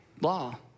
law